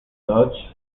dodge